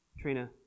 Trina